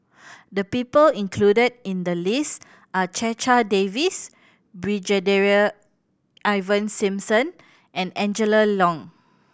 the people included in the list are Checha Davies Brigadier Ivan Simson and Angela Liong